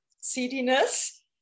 seediness